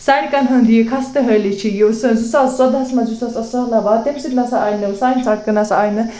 سَڑکَن ہُنٛد یہِ خستہٕ حٲلی چھِ یہِ یُس ہسا زٕ ساس ژۄدٕہَس منٛز یُس ہسا سہلاب آو تٔمۍ سۭتۍ نہ سا آیہِ نہٕ سانہِ سَڑکہٕ نہ سا آیہِ نہٕ